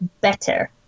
better